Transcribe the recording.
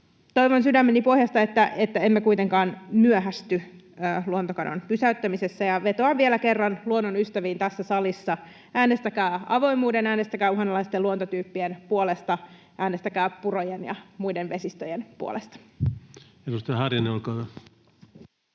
Toivon sydämeni pohjasta, että emme kuitenkaan myöhästy luontokadon pysäyttämisessä, ja vetoan vielä kerran luonnonystäviin tässä salissa: äänestäkää avoimuuden, äänestäkää uhanalaisten luontotyyppien puolesta, äänestäkää purojen ja muiden vesistöjen puolesta. [Speech 373] Speaker: